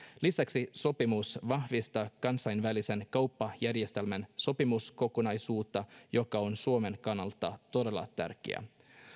lisäksi sopimus vahvistaa kansainvälisen kauppajärjestelmän sopimuskokonaisuutta joka on suomen kannalta todella tärkeä